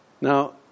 Now